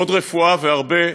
עוד רפואה והרבה,